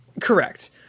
Correct